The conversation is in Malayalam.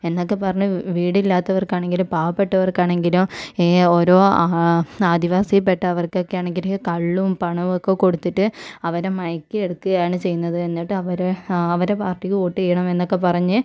എന്നൊക്കെ പറഞ്ഞ് വീടില്ലാത്തവർക്കാണെങ്കിലും പാവപ്പെട്ടവർക്ക് ആണെങ്കിലും ഓരോ ആദിവാസിയിൽ പെട്ടവർക്കൊക്കെ ആണെങ്കിലും കള്ളും പണവും ഒക്കെ കൊടുത്തിട്ട് അവരെ മയക്കി എടുക്കുകയാണ് ചെയ്യുന്നത് എന്നിട്ട് അവരെ അവരുടെ പാർട്ടിക്ക് വോട്ട് ചെയ്യണം എന്നൊക്കെ പറഞ്ഞ്